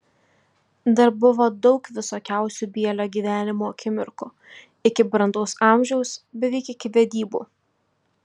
dar buvo daug visokiausių bielio gyvenimo akimirkų iki brandaus amžiaus beveik iki vedybų